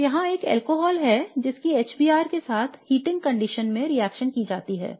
तो यहां एक अल्कोहल है जिसकी HBr के साथ हीटिंग कंडीशन में रिएक्शन की जाती है